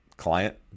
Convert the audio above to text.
client